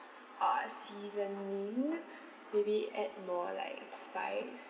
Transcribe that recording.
uh seasoning maybe add more like spice